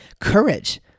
Courage